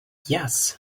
yes